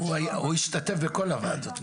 השתתף בכל הוועדות.